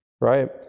right